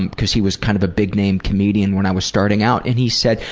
and cause he was kind of a big name comedian when i was starting out, and he said,